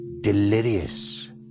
delirious